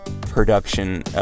production